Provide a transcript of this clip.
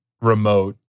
remote